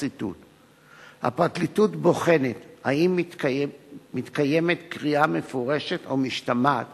הפרקליטות בוחנת אם מתקיימת קריאה מפורשת או משתמעת